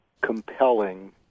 compelling